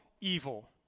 evil